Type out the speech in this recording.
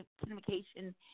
communication